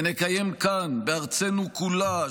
ונקיים כאן בארצנו כולה,